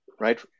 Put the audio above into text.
right